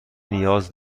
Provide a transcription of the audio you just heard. نیاز